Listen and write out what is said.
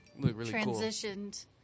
Transitioned